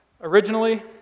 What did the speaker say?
Originally